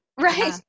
Right